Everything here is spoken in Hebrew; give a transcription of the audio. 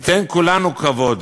ניתן כולנו כבוד